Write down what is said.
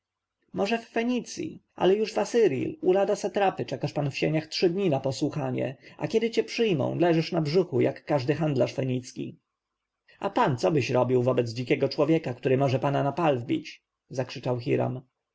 może w fenicji odparł dagon ale już w asyrji u lada satrapy czekasz pan w sieniach trzy dni na posłuchanie a kiedy cię przyjmą leżysz na brzuchu jak każdy handlarz fenicki a pan cobyś robił wobec dzikiego człowieka który może pana na pal wbić zakrzyczał